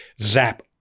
zap